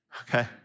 okay